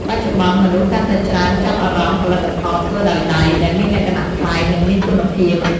បច្ចុប្បន្ន មនុស្សកាន់តែច្រើនចាប់អារម្មណ៍ផលិតផលធ្វើដោយដៃ ដែលមានលក្ខណៈប្លែក និងមានគុណភាព។